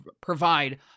provide